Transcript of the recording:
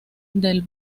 del